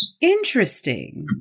Interesting